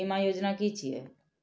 बीमा योजना कि छिऐ?